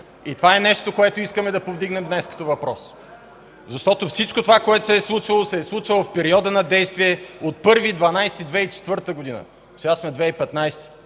Това е нещото, което искаме да повдигнем днес като въпрос, защото всичко това, което се е случвало, се е случвало в периода на действие от 1 декември 2004 г., сега сме 2015 г.